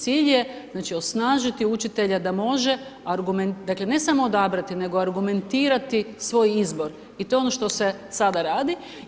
Cilj je znači osnažiti učitelja da može, dakle ne samo odabrati nego argumentirati svoj izbor i to je ono što se sada radi.